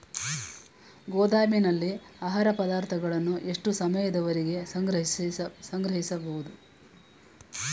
ಗೋದಾಮಿನಲ್ಲಿ ಆಹಾರ ಪದಾರ್ಥಗಳನ್ನು ಎಷ್ಟು ಸಮಯದವರೆಗೆ ಸಂಗ್ರಹಿಸಬಹುದು?